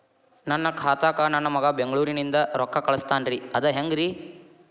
ನನ್ನ ಖಾತಾಕ್ಕ ನನ್ನ ಮಗಾ ಬೆಂಗಳೂರನಿಂದ ರೊಕ್ಕ ಕಳಸ್ತಾನ್ರಿ ಅದ ಹೆಂಗ್ರಿ?